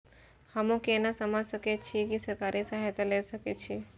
हमू केना समझ सके छी की सरकारी सहायता ले सके छी?